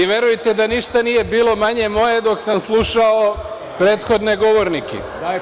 Verujte da ništa nije bilo manje moje dok sam slušao prethodne govornike.